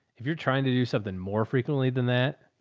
if you're trying to do something more frequently than that,